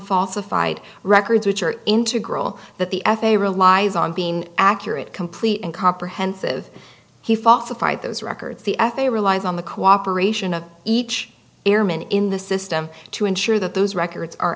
falsified records which are integral that the f a a relies on being accurate complete and comprehensive he falsified those records the f a a relies on the cooperation of each airman in the system to ensure that those records are